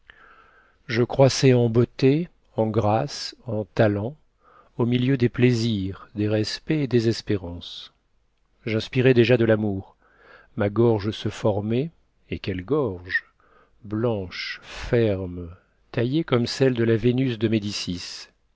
je croissais en beauté en grâces en talents au milieu des plaisirs des respects et des espérances j'inspirais déjà de l'amour ma gorge se formait et quelle gorge blanche ferme taillée comme celle de la vénus de médicis